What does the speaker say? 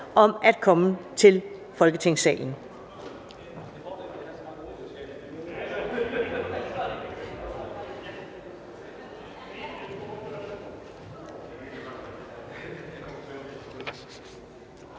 om at komme til Folketingssalen.